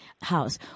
house